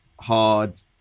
hard